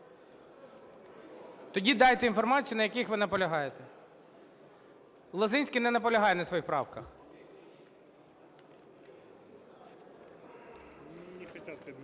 Тоді дайте інформацію, на яких ви наполягаєте. Лозинський не наполягає на своїх правках.